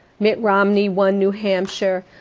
mitt romney won new hampshire.